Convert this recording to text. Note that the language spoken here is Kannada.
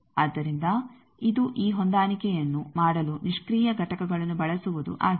ಆದ್ದರಿಂದ ಇದು ಈ ಹೊಂದಾಣಿಕೆಯನ್ನು ಮಾಡಲು ನಿಷ್ಕ್ರಿಯ ಘಟಕಗಳನ್ನು ಬಳಸುವುದು ಆಗಿದೆ